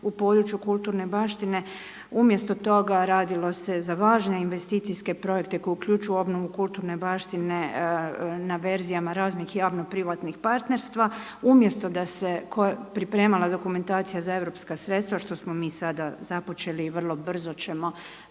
u području kulturne baštine. Umjesto toga radilo se za važne investicijske projekte koji uključuju obnovu kulturne baštine na verzijama raznih javno privatnih partnerstva. Umjesto da se pripremala dokumentacija za europske sredstva što smo mi sada započeli i vrlo brzo ćemo